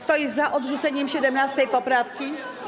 Kto jest za odrzuceniem 17. poprawki?